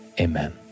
Amen